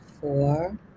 four